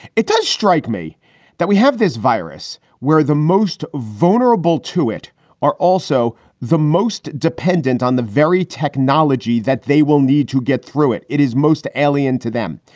it does strike me that we have this virus where the most vulnerable to it are also the most dependent on the very technology that they will need to get through it. it is most alien to them.